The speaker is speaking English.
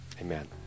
Amen